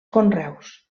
conreus